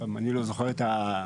אני לא זוכר את הפריורית.